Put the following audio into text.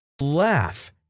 Laugh